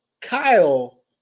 Kyle